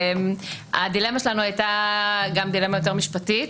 הדילמה שלנו הייתה גם דילמה יותר משפטית.